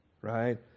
Right